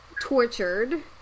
tortured